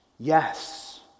Yes